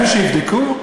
כן, שיבדקו.